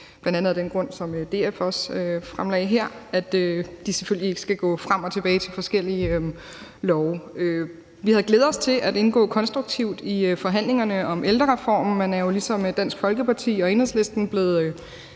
bl.a. af den grund, som DF også fremlagde her, nemlig at man selvfølgelig ikke skal gå frem og tilbage mellem forskellige love. Vi havde glædet os til at indgå konstruktivt i forhandlingerne om ældrereformen, men er jo ligesom Dansk Folkeparti og Enhedslisten blevet